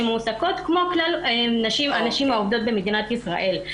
שהן מועסקות כמו כלל הנשים העובדות במדינת ישראל.